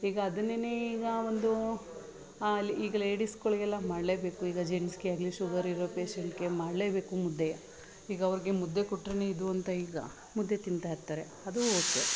ಈಗ ಅದನ್ನೇನೆ ಈಗ ಒಂದು ಅಲ್ಲಿ ಈಗ ಲೇಡೀಸ್ಗಳ್ಗೆಲ್ಲ ಮಾಡಲೇಬೇಕು ಈಗ ಜೆಂಟ್ಸ್ಗೆ ಆಗಲಿ ಶುಗರ್ ಇರೋ ಪೇಷೆಂಟ್ಗೆ ಮಾಡಲೇಬೇಕು ಮುದ್ದೆಯ ಈಗ ಅವ್ರಿಗೆ ಮುದ್ದೆ ಕೊಟ್ಟರೇನೆ ಇದೂ ಅಂತ ಈಗ ಮುದ್ದೆ ತಿಂತಾ ಇರ್ತಾರೆ ಅದು ಓಕೆ